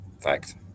fact